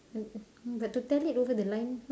but to tell it over the line